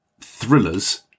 thrillers